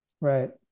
right